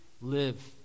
live